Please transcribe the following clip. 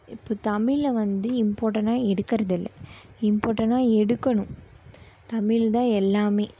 இப்போ தமிழை வந்து இம்பார்ட்டனால் எடுக்கிறதில்ல இம்பார்ட்டனாக எடுக்கணும் தமிழ்தான் எல்லாமே